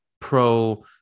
pro